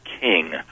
king